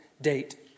date